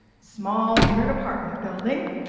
small unit apartment building,